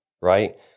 right